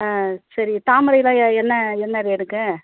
ஆ சரி தாமரைலாம் எ என்ன என்ன ரேட்டுங்க